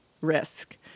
risk